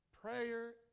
Prayer